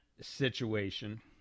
situation